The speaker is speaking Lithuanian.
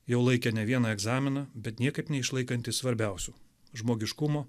jau laikę ne vieną egzaminą bet niekaip neišlaikantys svarbiausių žmogiškumo